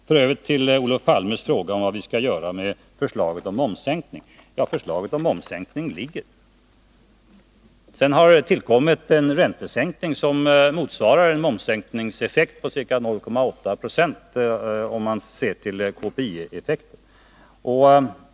F. ö. vill jag säga med anledning av Olof Palmes fråga om vad vi skall göra med förslaget om momssänkningen, att detta förslag ligger fast. Det har sedan tillkommit en räntesänkning som motsvarar en momssänkningseffekt på ca 0,8 20 om man ser på KPI-effekten.